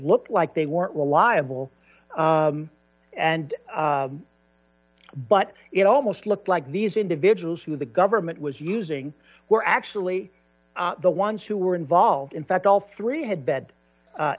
looked like they weren't reliable and but it almost looked like these individuals who the government was using were actually the ones who were involved in fact all three had bed